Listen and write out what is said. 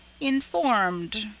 informed